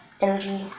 Energy